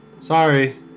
Sorry